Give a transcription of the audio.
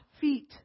feet